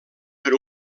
per